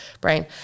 brain